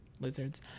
lizards